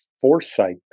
Foresight